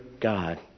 God